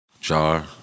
Jar